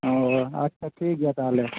ᱚᱻ ᱟᱪᱪᱷᱟ ᱴᱷᱤᱠ ᱜᱮᱭᱟ ᱛᱟᱦᱚᱞᱮ